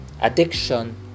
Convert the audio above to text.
addiction